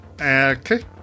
okay